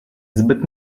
zbyt